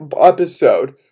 episode